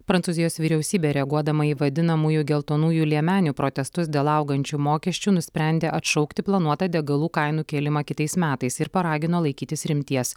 prancūzijos vyriausybė reaguodama į vadinamųjų geltonųjų liemenių protestus dėl augančių mokesčių nusprendė atšaukti planuotą degalų kainų kėlimą kitais metais ir paragino laikytis rimties